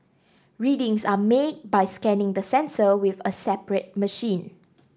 readings are made by scanning the sensor with a separate machine